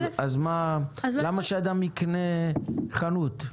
אז למה שאדם יקנה חנות?